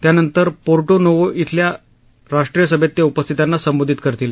त्यानंतर Porto Novo इथल्या राष्ट्रीय सभेत ते उपस्थितांना संबोधित करतील